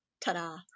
Ta-da